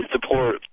support